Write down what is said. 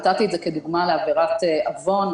נתתי את זה כדוגמה לעבירות עוון,